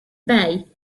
bay